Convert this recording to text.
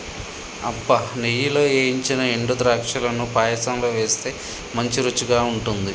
అబ్బ నెయ్యిలో ఏయించిన ఎండు ద్రాక్షలను పాయసంలో వేస్తే మంచి రుచిగా ఉంటుంది